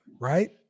right